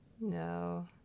No